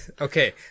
Okay